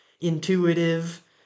intuitive